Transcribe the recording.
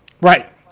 Right